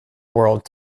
world